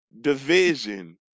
Division